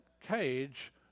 cage